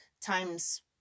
times